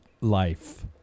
life